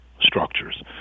structures